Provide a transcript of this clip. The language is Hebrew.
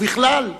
ובכלל,